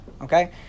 Okay